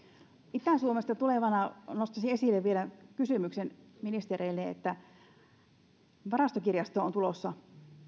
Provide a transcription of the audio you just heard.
itä suomesta tulevana nostaisin esille vielä kysymyksen ministereille että varastokirjastoon on tulossa